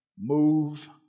move